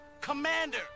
Commander